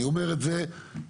אני אומר את זה לכם,